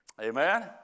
Amen